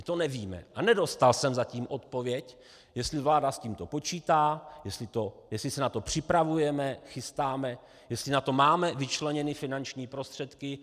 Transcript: My to nevíme a nedostal jsem zatím odpověď, jestli vláda s tímto počítá, jestli se na to připravujeme, chystáme, jestli na to máme vyčleněny finanční prostředky.